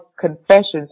confessions